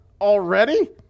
already